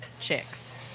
chicks